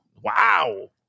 Wow